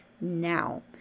now